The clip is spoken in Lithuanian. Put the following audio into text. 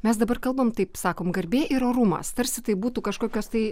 mes dabar kalbam taip sakom garbė ir orumas tarsi tai būtų kažkokios tai